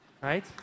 right